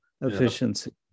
efficiency